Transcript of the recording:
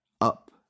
up